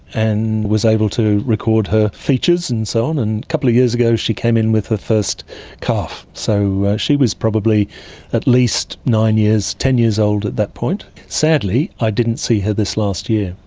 and was able to record her features and so on. a and couple of years ago she came in with her first calf, so she was probably at least nine years, ten years old at that point. sadly, i didn't see her this last year.